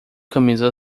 camisa